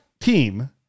team